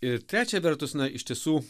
ir trečia vertus na iš tiesų